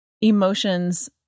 emotions